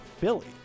Philly